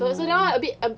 ah